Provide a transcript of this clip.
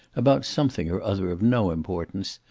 about something or other of no importance,